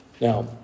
Now